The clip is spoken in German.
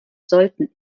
sollten